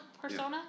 persona